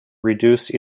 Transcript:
reduce